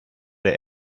der